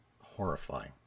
horrifying